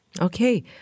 Okay